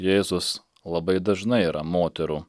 jėzus labai dažnai yra moterų